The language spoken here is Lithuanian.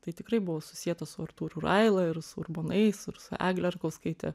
tai tikrai buvo susieta su artūru raila ir su urbonais ir su eglė rakauskaite